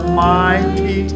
mighty